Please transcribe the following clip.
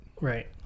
right